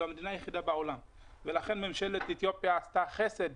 זו המדינה היחידה בעולם ולכן ממשלת אתיופיה עשתה חסד